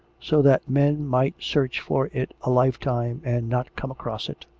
so that men might search for it a lifetime and not come across it.